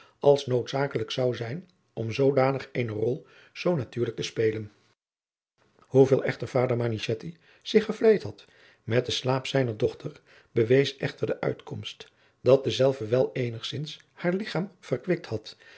als noodzakelijk zou zijn om zoodanig eene rol zoo natuurlijk te spelen hoeveel echter vader manichetti zich gevleid had met den slaap zijner dochter bewees echter de uitkomst dat dezelve wel eenigzins haar ligchaam verkwikt had